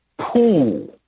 pool